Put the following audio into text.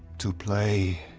to play